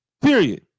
Period